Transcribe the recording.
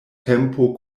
tempo